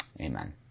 amen